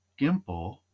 Gimple